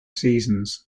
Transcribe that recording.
seasons